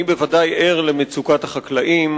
אני בוודאי ער למצוקת החקלאים,